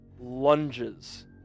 lunges